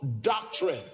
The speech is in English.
doctrine